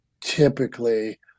typically